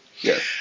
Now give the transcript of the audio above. Yes